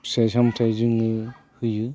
फिथाइ सामथाय जों होयो